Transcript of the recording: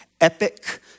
epic